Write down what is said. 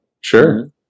Sure